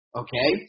okay